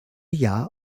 jahr